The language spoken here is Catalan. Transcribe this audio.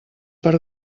per